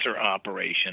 operation